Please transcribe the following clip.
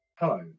Hello